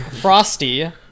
Frosty